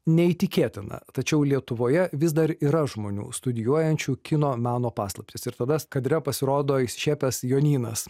neįtikėtina tačiau lietuvoje vis dar yra žmonių studijuojančių kino meno paslaptis ir tada kadre pasirodo išsišiepęs jonynas